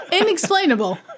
Inexplainable